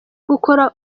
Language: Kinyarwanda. gukora